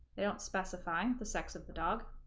they don't specify the sex of the dog